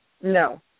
No